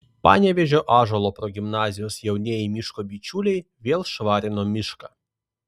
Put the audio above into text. panevėžio ąžuolo progimnazijos jaunieji miško bičiuliai vėl švarino mišką